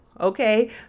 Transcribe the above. Okay